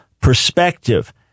perspective